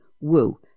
Woo